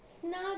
snug